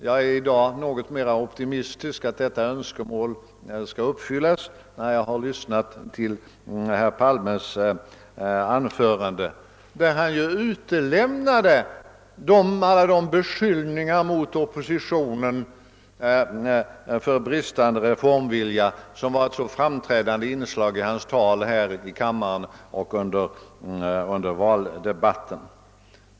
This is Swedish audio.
Jag är i dag något mera optimistisk om att detta önskemål kommer att uppfyllas, när jag har lyssnat till herr Palmes anförande, där han utelämnade alla de beskyllningar mot oppositionen för bristande reformvilja som varit ett så framträdande inslag i hans tal här i kammaren och under valdebatten.